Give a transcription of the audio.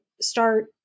start